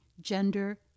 gender